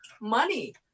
money